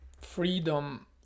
freedom